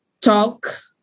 talk